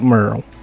Merle